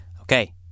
Okay